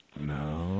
No